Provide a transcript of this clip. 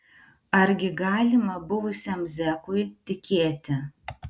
argi galima buvusiam zekui tikėti